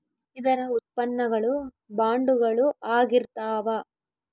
ಇದರ ಉತ್ಪನ್ನ ಗಳು ಬಾಂಡುಗಳು ಆಗಿರ್ತಾವ